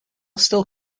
still